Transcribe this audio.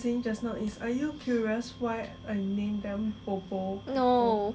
no